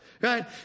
Right